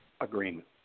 agreement